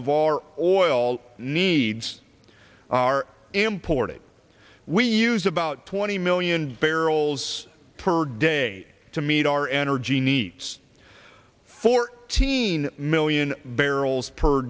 of our oil needs are imported we use about twenty million barrels per day to meet our energy needs fourteen million barrels per